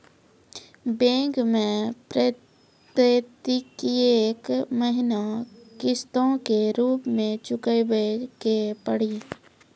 Bank मैं प्रेतियेक महीना किस्तो के रूप मे चुकाबै के पड़ी?